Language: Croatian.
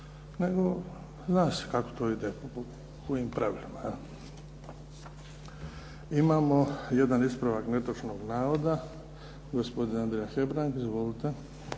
nego zna se kako to ide, po kojim pravilima, je li?! Imamo jedan ispravak netočnog navoda. Gospodin Andrija Hebrang. Izvolite.